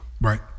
Right